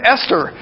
Esther